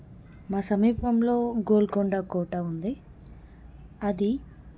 మా సమీపంలో గోల్కొండ కోట ఉంది అది